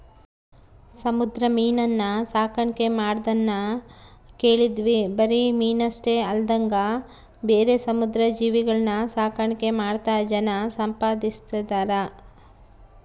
ಸಮುದ್ರ ಮೀನುನ್ನ ಸಾಕಣ್ಕೆ ಮಾಡದ್ನ ಕೇಳಿದ್ವಿ ಬರಿ ಮೀನಷ್ಟೆ ಅಲ್ದಂಗ ಬೇರೆ ಸಮುದ್ರ ಜೀವಿಗುಳ್ನ ಸಾಕಾಣಿಕೆ ಮಾಡ್ತಾ ಜನ ಸಂಪಾದಿಸ್ತದರ